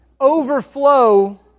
overflow